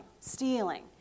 stealing